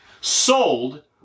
sold